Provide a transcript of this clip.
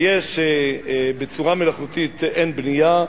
וכשבצורה מלאכותית אין בנייה,